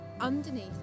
underneath